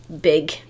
big